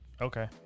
Okay